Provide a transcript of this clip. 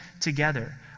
together